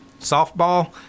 softball